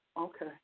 Okay